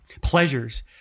pleasures